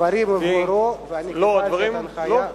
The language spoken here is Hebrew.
הדברים הובהרו, ואני קיבלתי הנחיה.